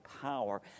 power